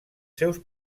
seus